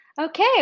okay